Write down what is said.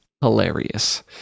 hilarious